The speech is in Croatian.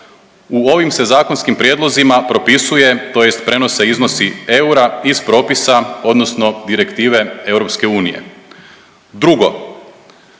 u ovim se zakonskim prijedlozima propisuje tj. prenose iznosi eura iz propisa odnosno direktive EU. Drugo,